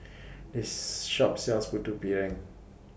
This Shop sells Putu Piring